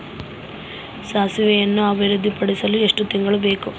ಸಾಸಿವೆಯನ್ನು ಅಭಿವೃದ್ಧಿಪಡಿಸಲು ಎಷ್ಟು ತಿಂಗಳು ಬೇಕು?